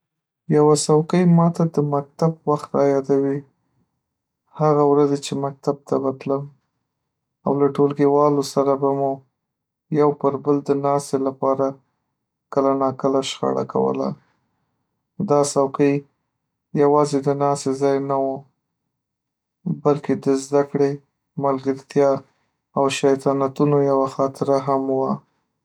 یوه څوکۍ ماته د مکتب وخت را یادوي، هغه ورځې چې مکتب ته به تلم او له ټولګیوالو سره به مو یو پر بل د ناستې لپاره کله ناکله شخړه کوله. دا څوکۍ یوازې د ناستې ځای نه و، بلکې د زده‌کړې، ملګرتیا او شیطنتونو یوه خاطره هم وه.